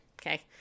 okay